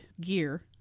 gear